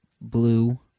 Blue